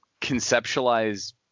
conceptualize